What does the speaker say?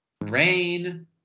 Rain